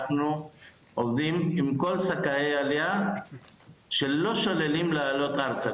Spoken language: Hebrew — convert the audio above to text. אנחנו עובדים עם כל זכאי העלייה שלא שוללים לעלות ארצה,